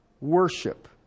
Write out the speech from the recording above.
worship